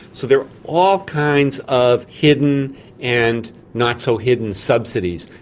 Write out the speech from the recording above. so there are all kinds of hidden and not so hidden subsidies.